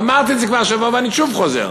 אמרתי את זה כבר השבוע, ואני שוב חוזר: